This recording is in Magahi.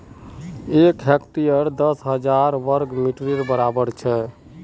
एक हेक्टर दस हजार वर्ग मिटरेर बड़ाबर छे